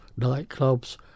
nightclubs